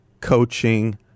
coaching